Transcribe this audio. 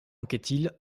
anquetil